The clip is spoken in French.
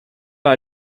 pas